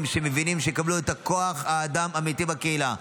מבינים שיקבלו את כוח האדם האמיתי בקהילה,